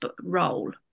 role